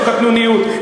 זו קטנוניות.